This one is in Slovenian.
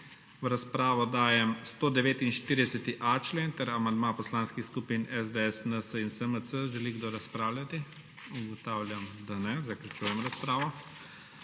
V razpravo dajem 149.a člen ter amandma poslanskih skupin SDS, NSi in SMC. Želi kdo razpravljati? (Ne.) Zaključujem razpravo.